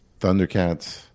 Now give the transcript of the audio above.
Thundercats